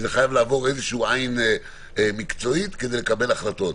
שזה חייב לעבור איזושהי עין מקצועית כדי לקבל החלטות,